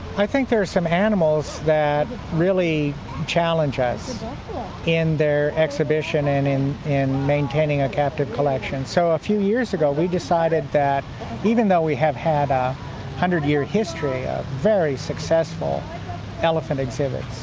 i think there are some animals that really challenge us in their exhibition and in and maintaining a captive collection. so a few years ago we decided that even though we have had a one hundred year history of very successful elephant exhibits,